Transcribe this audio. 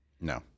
No